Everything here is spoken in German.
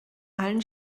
allen